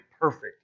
perfect